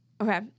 okay